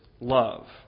love